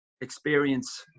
experience